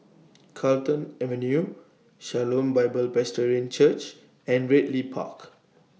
Carlton Avenue Shalom Bible Presbyterian Church and Ridley Park